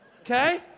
okay